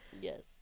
yes